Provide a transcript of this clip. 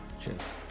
Cheers